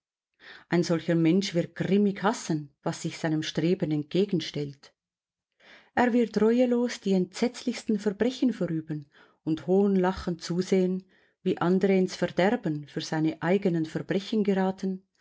ein solcher mensch wird grimmig hassen was sich seinem streben entgegenstellt er wird reuelos die entsetzlichsten verbrechen verüben und hohnlachend zusehen wie andere ins verderben für seine eigenen verbrechen geraten